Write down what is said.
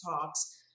talks